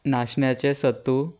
नाशण्याचे सत्तू